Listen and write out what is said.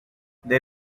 they